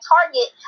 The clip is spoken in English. Target